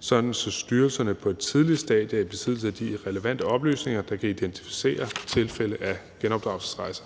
sådan at styrelserne på et tidligere stadie er i besiddelse af de relevante oplysninger, der kan identificere tilfælde af genopdragelsesrejser.